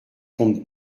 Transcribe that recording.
compte